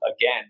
again